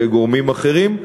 גורמים אחרים.